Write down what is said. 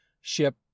ship